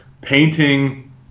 painting